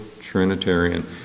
Trinitarian